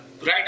Right